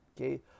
okay